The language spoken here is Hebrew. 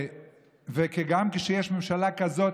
וגם כשיש ממשלה כזאת,